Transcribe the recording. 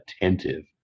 attentive